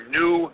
new